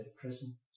prison